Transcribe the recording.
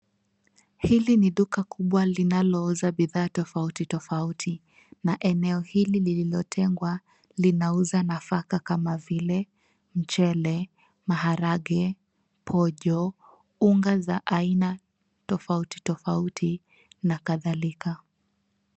Hili ni duka kubwa linalouza bidhaa tofauti tofauti na eneo hili lililotengwa linauza nafaka kama vile mchele, maharage, pojo, unga za aina tofauti tofauti na kadhalika.